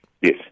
Yes